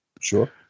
Sure